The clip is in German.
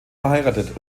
verheiratet